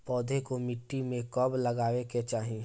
पौधे को मिट्टी में कब लगावे के चाही?